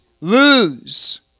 lose